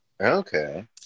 Okay